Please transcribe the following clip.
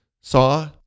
saw